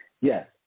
yes